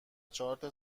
چارت